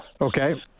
Okay